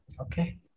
Okay